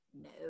No